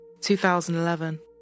2011